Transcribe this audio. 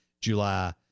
July